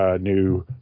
New